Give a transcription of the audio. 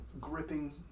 gripping